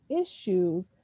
issues